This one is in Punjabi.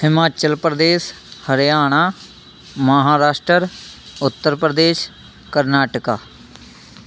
ਹਿਮਾਚਲ ਪ੍ਰਦੇਸ਼ ਹਰਿਆਣਾ ਮਹਾਰਾਸ਼ਟਰ ਉੱਤਰ ਪ੍ਰਦੇਸ਼ ਕਰਨਾਟਕਾ